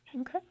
Okay